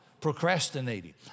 procrastinating